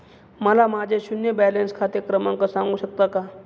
मला माझे शून्य बॅलन्स खाते क्रमांक सांगू शकता का?